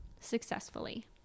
successfully